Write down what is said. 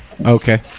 okay